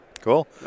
Cool